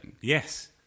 Yes